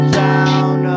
down